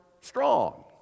strong